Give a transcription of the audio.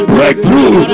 Breakthrough